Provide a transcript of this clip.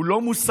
הוא לא מוסרי